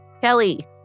Kelly